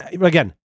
again